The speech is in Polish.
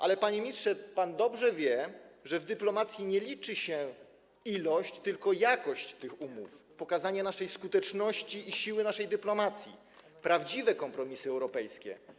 Ale panie ministrze, pan dobrze wie, że w dyplomacji liczy się nie ilość, tylko jakość tych umów, pokazanie naszej skuteczności i siły naszej dyplomacji, liczą się prawdziwe kompromisy europejskie.